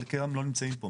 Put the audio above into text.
חלקם לא נמצאים פה.